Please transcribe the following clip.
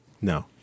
No